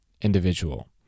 individual